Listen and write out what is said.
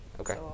Okay